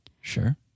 sure